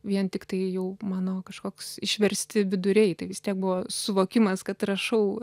vien tiktai jau mano kažkoks išversti viduriai tai vis tiek buvo suvokimas kad rašau